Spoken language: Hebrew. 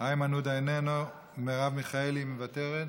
איימן עודה, איננו, מרב מיכאלי, מוותרת,